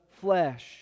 flesh